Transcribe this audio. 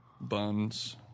buns